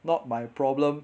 not my problem